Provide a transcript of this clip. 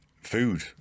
Food